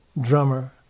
drummer